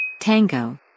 Tango